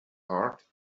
heart